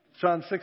John